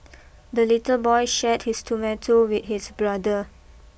the little boy shared his tomato with his brother